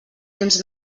temps